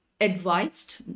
advised